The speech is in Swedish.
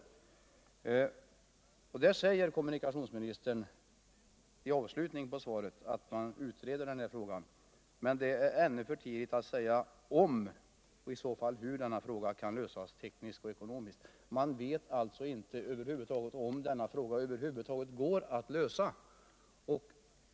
I avslutningen av sitt svar säger kommunikationsministern att man utreder den frågan men atv der ännu är för tidigt att säga om och hur den kan lösas tekniskt och ckonomiskt. Man vet alltså inte om eller när denna fråga över huvud taget går alt lösa.